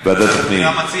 ועדת הפנים.